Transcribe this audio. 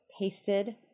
tasted